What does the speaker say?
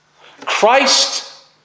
Christ